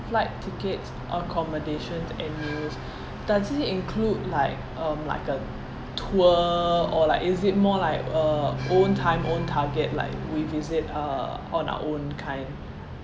flight tickets accommodations and meals does it include like um like a tour or like is it more like a own time own target like we visit uh on our own kind